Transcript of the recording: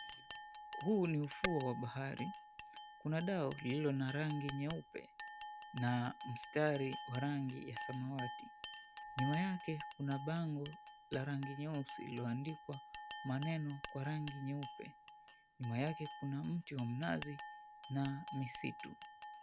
Huu ni ufuo wa bahari. Kuna dau lililo na rangi nyeupe na msitari wa rangi ya samawati. Nyuma yake kuna bango la rangi nyeusi lililoandikwa maneno kwa rangi nyeupe. Nyuma yake kuna mti wa mnazi na misitu.